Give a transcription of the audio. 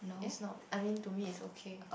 it's not I mean to me it's okay